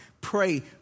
Pray